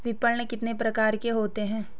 विपणन कितने प्रकार का होता है?